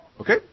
Okay